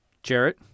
Jarrett